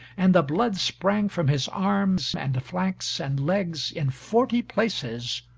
and the blood sprang from his arms, and flanks, and legs, in forty places,